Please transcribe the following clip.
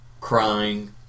crying